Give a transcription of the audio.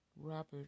Robert